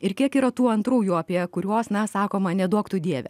ir kiek yra tų antrųjų apie kuriuos na sakoma neduok tu dieve